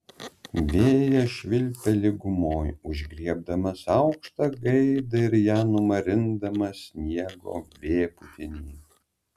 vėjas švilpia lygumoj užgriebdamas aukštą gaidą ir ją numarindamas sniego vėpūtiny